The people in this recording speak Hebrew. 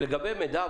לגבי מידע,